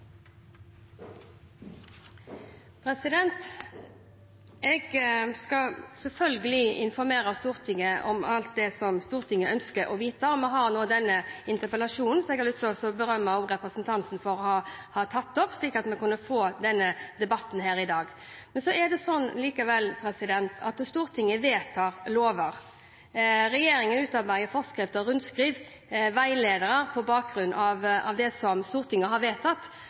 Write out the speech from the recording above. Jeg skal selvfølgelig informere Stortinget om alt det som Stortinget ønsker å vite. Nå har vi denne interpellasjonen – som jeg også har lyst til å berømme representanten for å ha tatt opp – slik at vi kunne få denne debatten her i dag. Likevel er det sånn at Stortinget vedtar lover. Regjeringen utarbeider forskrifter, rundskriv og veiledere på bakgrunn av det Stortinget har vedtatt,